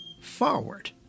forward